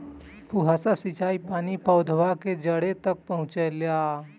फुहारा सिंचाई का पानी पौधवा के जड़े तक पहुचे ला?